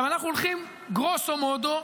עכשיו אנחנו הולכים גרוסו מודו,